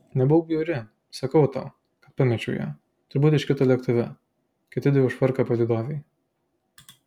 nebūk bjauri sakau tau kad pamečiau ją turbūt iškrito lėktuve kai atidaviau švarką palydovei